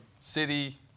city